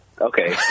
Okay